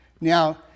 Now